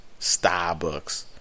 Starbucks